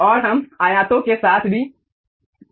और हम आयतों के साथ भी गए